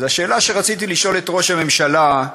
אז השאלה שרציתי לשאול את ראש הממשלה היא: